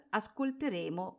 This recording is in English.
ascolteremo